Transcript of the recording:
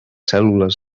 cèl·lules